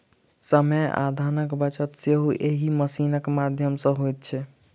समय आ धनक बचत सेहो एहि मशीनक माध्यम सॅ होइत छै